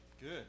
Good